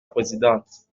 présidente